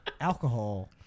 alcohol